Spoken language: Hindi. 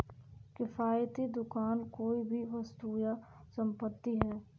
किफ़ायती दुकान कोई भी वस्तु या संपत्ति है